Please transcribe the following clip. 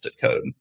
code